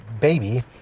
baby